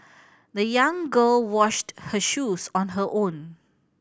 the young girl washed her shoes on her own